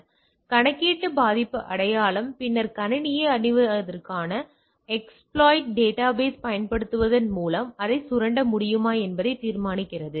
எனவே கணக்கீட்டு பாதிப்பு அடையாளம் பின்னர் கணினியை அணுகுவதற்கு எஸ்பிலோய்ட் டேட்டாபேஸ் பயன்படுத்துவதன் மூலம் அதை சுரண்ட முடியுமா என்பதை தீர்மானிக்கிறது